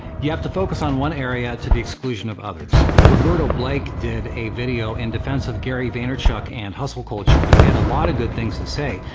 you have to focus on one area to the exclusion of others. roberto blake did a video in defense of gary vaynerchuk and hustle culture, and he had a lot of good things to say.